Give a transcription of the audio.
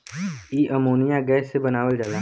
इ ammonia gas से बनावल जाला